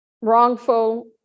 wrongful